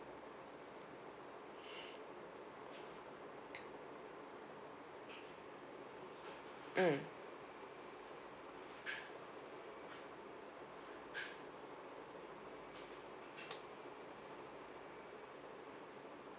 mm